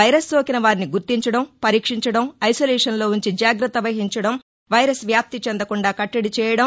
virus సోకిన వారిని గుర్తించడం పరీక్షించడం ఐసోలేషన్లో ఉంచి జాగ్రత్త వహించడం వైరస్ వ్యాప్తి చెందకుండా కట్లడి చేయడం